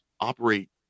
operate